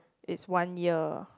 it's one year